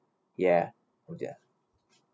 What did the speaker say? ya ya